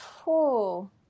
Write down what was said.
Cool